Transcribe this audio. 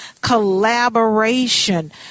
collaboration